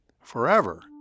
forever